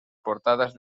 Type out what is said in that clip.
portadas